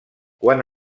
quan